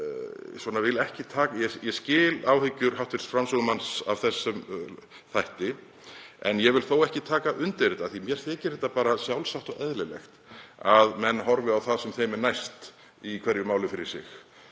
ég skil áhyggjur hv. framsögumanns af þessum þætti en ég vil þó ekki taka undir þetta því að mér þykir bara sjálfsagt og eðlilegt að menn horfi á það sem þeim er næst í hverju máli fyrir sig.